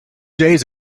days